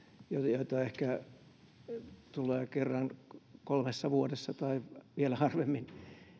joita tulee ehkä kerran kolmessa vuodessa tai vielä harvemmin